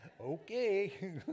Okay